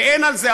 ואין על זה,